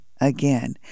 again